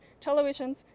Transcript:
televisions